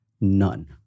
None